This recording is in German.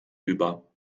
über